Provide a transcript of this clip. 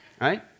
right